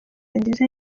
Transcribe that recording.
nziza